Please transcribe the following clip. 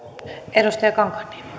arvoisa puhemies